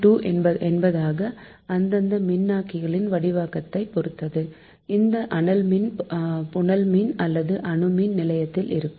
2 என்பதாக அந்தந்த மின்னாக்கியின் வடிவாக்கத்தை பொருத்து இந்த அனல் மின் புனல்மின் அல்லது அணு மின் நிலையத்தில் இருக்கும்